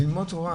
ללמוד תורה,